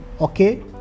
okay